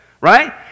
right